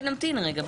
או שנמתין רגע.